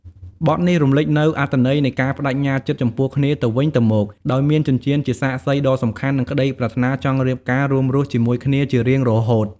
បទនេះរំលេចនូវអត្ថន័យនៃការប្តេជ្ញាចិត្តចំពោះគ្នាទៅវិញទៅមក ដោយមានចិញ្ចៀនជាសាក្សីដ៏សំខាន់ និងក្តីប្រាថ្នាចង់រៀបការរួមរស់ជាមួយគ្នាជារៀងរហូត។